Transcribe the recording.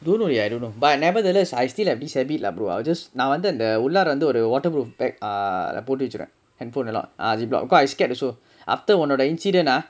don't know ya don't know but nevertheless I still have this habit lah brother I just நா வந்து அந்த உள்ளார வந்து ஒரு:naa vanthu antha ullara vanthu oru waterproof bag err போட்டு வெச்சிருவே:pottu vechchiruvae handphone எல்லா:ellaa ziplock because I scared also after உன்னோட:unnoda incident ah